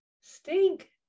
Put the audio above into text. stink